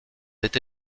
été